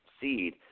seed